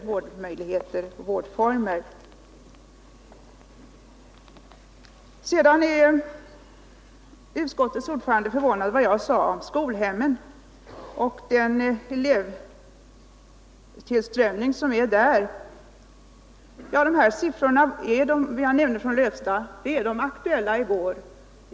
Utskottets ordförande var förvånad över det jag sade om skolhemmen och elevtillströmningen där. De siffror jag nämnde från Lövsta skolhem är aktuella från i går.